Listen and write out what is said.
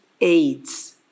AIDS